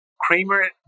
Kramer